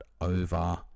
over